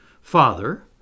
Father